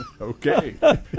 okay